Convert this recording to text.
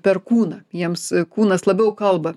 per kūną jiems kūnas labiau kalba